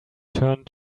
turned